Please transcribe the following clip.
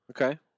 Okay